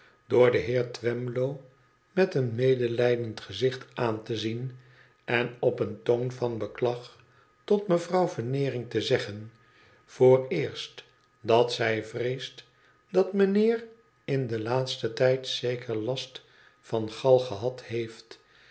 door den heer twemlow met een medelijdend gezicht aan te zieü en op een toon van beklag tot mevrouw veneering te zeggen vooreerst dat zij vreest dat meneer in den laatsten tijd zeker last van gal gehad heeft